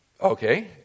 Okay